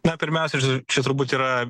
na pirmiausia čia turbūt yra